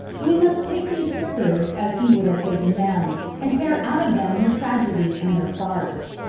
we must take these trippers as he would have taken them and tear out of them their tragedy and their farce.